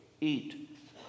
eat